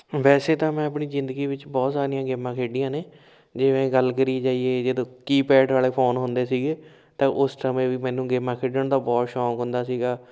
ਵੈਸੇ ਤਾਂ ਮੈਂ ਆਪਣੀ ਜ਼ਿੰਦਗੀ ਵਿੱਚ ਬਹੁਤ ਸਾਰੀਆਂ ਗੇਮਾਂ ਖੇਡੀਆਂ ਨੇ ਜਿਵੇਂ ਗੱਲ ਕਰੀ ਜਾਈਏ ਜਦ ਕੀਪੈਡ ਵਾਲੇ ਫੋਨ ਹੁੰਦੇ ਸੀਗੇ ਤਾਂ ਉਸ ਸਮੇਂ ਵੀ ਮੈਨੂੰ ਗੇਮਾਂ ਖੇਡਣ ਦਾ ਬਹੁਤ ਸ਼ੌਂਕ ਹੁੰਦਾ ਸੀਗਾ